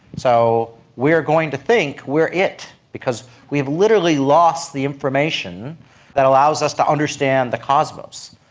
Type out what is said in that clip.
so we are going to think we are it because we have literally lost the information that allows us to understand the cosmos.